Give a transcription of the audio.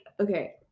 okay